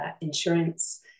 Insurance